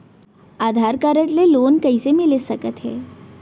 आधार card ले loan कइसे मिलिस सकत हे?